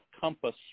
compass